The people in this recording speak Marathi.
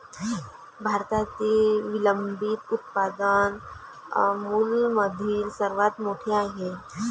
भारतातील विलंबित उत्पादन अमूलमधील सर्वात मोठे आहे